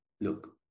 look